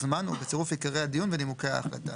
זמן ובצירוף עיקרי הדיון ונימוקי ההחלטה.